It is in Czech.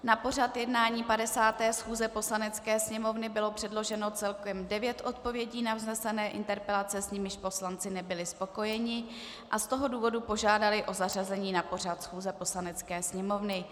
Na pořad jednání 50. schůze Poslanecké sněmovny bylo předloženo celkem devět odpovědí na vznesené interpelace, s nimiž poslanci nebyli spokojeni, a z toho důvodu požádali o zařazení na pořad schůze Poslanecké sněmovny.